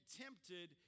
tempted